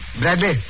Bradley